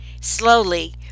slowly